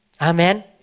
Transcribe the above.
Amen